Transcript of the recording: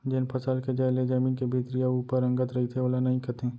जेन फसल के जर ले जमीन के भीतरी अउ ऊपर अंगत रइथे ओला नइई कथें